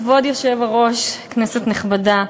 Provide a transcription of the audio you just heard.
כבוד היושב-ראש, כנסת נכבדה,